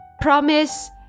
promise